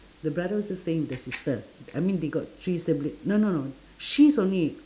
the brother also staying with the sister I mean they got three sibli~ no no no she's only